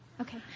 Okay